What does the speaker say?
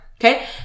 okay